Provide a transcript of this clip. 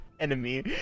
enemy